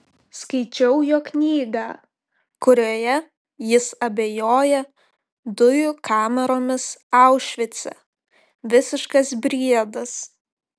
skaičiau jo knygą kurioje jis abejoja dujų kameromis aušvice visiškas briedas